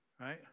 right